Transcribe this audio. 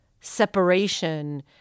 separation